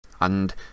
And